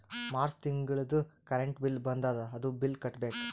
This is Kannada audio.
ಮಾರ್ಚ್ ತಿಂಗಳದೂ ಕರೆಂಟ್ ಬಿಲ್ ಬಂದದ, ಅದೂ ಬಿಲ್ ಕಟ್ಟಬೇಕ್